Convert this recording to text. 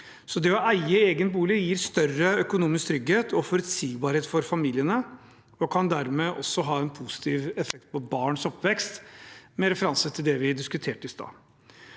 Å eie egen bolig gir større økonomisk trygghet og forutsigbarhet for familiene. Det kan dermed også ha en positiv effekt på barns oppvekst, med referanse til det vi diskuterte i stad.